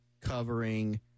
covering